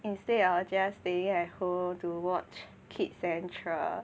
instead of just staying at home to watch Kids Central